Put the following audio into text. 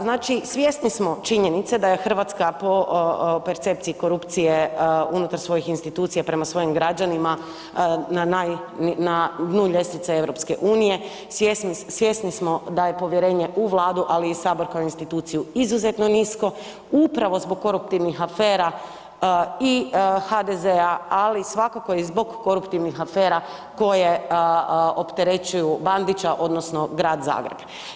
Znači svjesni smo činjenice da je Hrvatska po percepciji korupcije unutar svojih institucija prema svojim građanima na dnu ljestvice EU, svjesni smo da je povjerenje u Vladu ali i Sabor kao instituciju izuzetno nisko upravo zbog koruptivnih afera i HDZ-a, ali svakako zbog koruptivnih afera koje opterećuju Bandića odnosno Grad Zagreb.